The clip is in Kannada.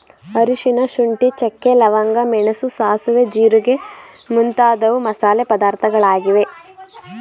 ಅರಿಶಿನ, ಶುಂಠಿ, ಚಕ್ಕೆ, ಲವಂಗ, ಮೆಣಸು, ಸಾಸುವೆ, ಜೀರಿಗೆ ಮುಂತಾದವು ಮಸಾಲೆ ಪದಾರ್ಥಗಳಾಗಿವೆ